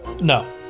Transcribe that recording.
no